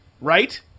Right